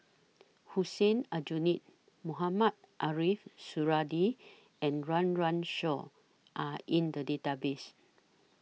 Hussein Aljunied Mohamed Ariff Suradi and Run Run Shaw Are in The Database